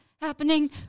happening